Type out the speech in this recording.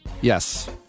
Yes